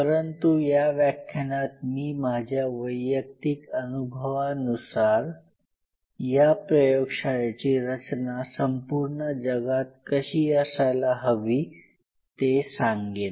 परंतु या व्याख्यानात मी माझ्या वैयक्तिक अनुभवानुसार या प्रयोगशाळेची रचना संपूर्ण जगात कशी असायला हवी ते सांगेन